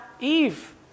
Eve